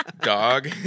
dog